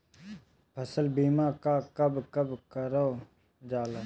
फसल बीमा का कब कब करव जाला?